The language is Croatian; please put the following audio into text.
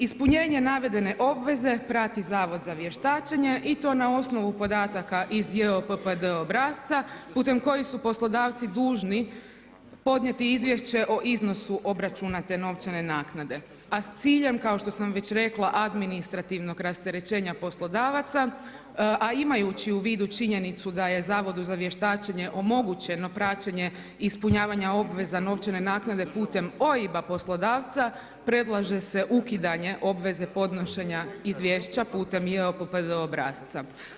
Ispunjenje navedene obveze prati Zavod za vještačenje i to na osnovu podataka iz JOPPD obrasca putem kojih su poslodavci dužni podnijeti izvješće o iznosu obračuna te novčane naknade, a s ciljem kao što sam već rekla, administrativnog rasterećenja poslodavaca, a imajući u vidu činjenicu da je Zavodu za vještačenje omogućeno praćenje ispunjavanja obveza novčane naknade putem OIB-a poslodavca, predlaže se ukidanje obveze podnošenja izvješća putem JOPPD obrasca.